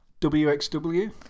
WXW